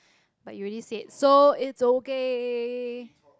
but you already said so it's okay